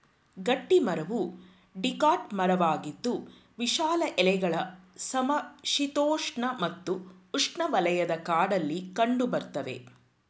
ಗಟ್ಟಿಮರವು ಡಿಕಾಟ್ ಮರವಾಗಿದ್ದು ವಿಶಾಲ ಎಲೆಗಳ ಸಮಶೀತೋಷ್ಣ ಮತ್ತು ಉಷ್ಣವಲಯದ ಕಾಡಲ್ಲಿ ಕಂಡುಬರ್ತವೆ